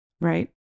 right